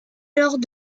alors